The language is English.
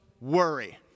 worry